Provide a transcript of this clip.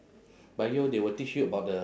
bio they will teach you about the